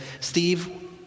Steve